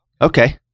Okay